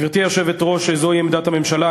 גברתי היושבת-ראש, זוהי עמדת הממשלה.